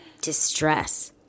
distress